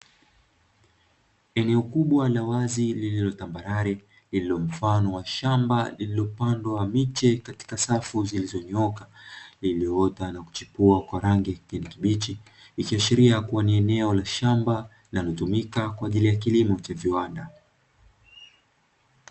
Eneo kubwa la wazi lililo tambarale lililo mfano wa shamba lililopandwa miche katika safu zilizonyooka iliyoota na kuchipua kuchipua kwa rangi ya kijani kibichi, ikiashiria kuwa ni eneo la shamba linalotumika kwa ajili ya kilimo cha viwanda.